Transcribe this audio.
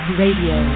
radio